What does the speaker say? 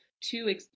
two